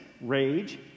rage